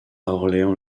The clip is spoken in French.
orléans